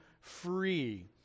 free